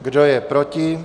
Kdo je proti?